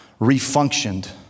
refunctioned